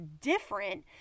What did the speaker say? different